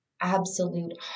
absolute